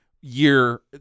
year